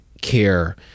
care